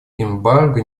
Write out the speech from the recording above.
эмбарго